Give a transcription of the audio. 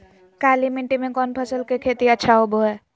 काली मिट्टी में कौन फसल के खेती अच्छा होबो है?